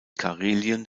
karelien